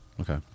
Okay